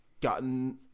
gotten